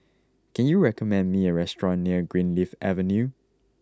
can you recommend me a restaurant near Greenleaf Avenue